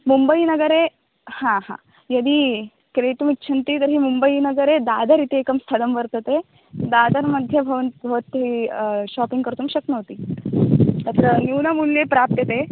मुम्बैनगरे हा हा यदि क्रेतुमिच्छन्ति तर्हि मुम्बैनगरे दादर् इति एकं स्थलं वर्तते दादर् मध्ये भवन्तः भवती शापिङ्ग् कर्तुं शक्नोति तत्र न्यूनमूल्ये प्राप्यते